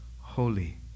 holy